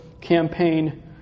campaign